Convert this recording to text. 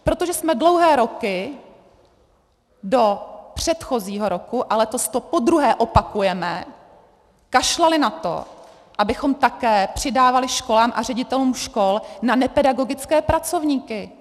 Protože jsme dlouhé roky, do předchozího roku a letos to podruhé opakujeme, kašlali na to, abychom také přidávali školám a ředitelům škol na nepedagogické pracovníky.